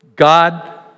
God